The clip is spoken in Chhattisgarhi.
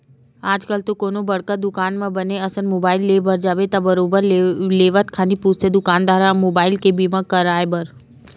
आजकल तो कोनो बड़का दुकान म बने असन मुबाइल ले बर जाबे त बरोबर लेवत खानी पूछथे दुकानदार ह मुबाइल के बीमा कराय बर